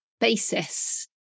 basis